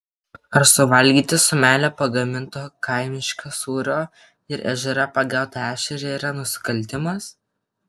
ar suvalgyti su meile pagaminto kaimiško sūrio ir ežere pagautą ešerį yra nusikaltimas